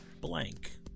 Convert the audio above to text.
blank